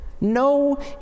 No